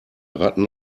ratten